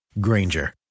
Granger